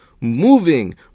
moving